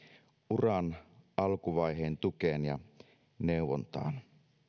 uran alkuvaiheen tukeen ja neuvontaan